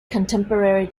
contemporary